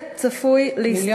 מיליון.